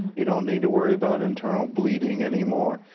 you don't need to worry about internal bleeding anymore.